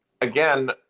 again